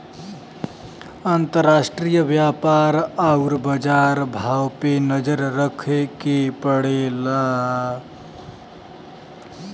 अंतराष्ट्रीय व्यापार आउर बाजार भाव पे नजर रखे के पड़ला